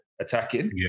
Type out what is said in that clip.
attacking